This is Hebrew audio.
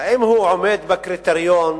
האם הוא עומד בקריטריון